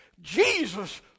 Jesus